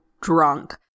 drunk